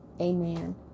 amen